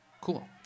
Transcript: Cool